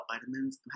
vitamins